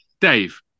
Dave